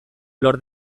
lor